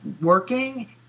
working